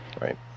right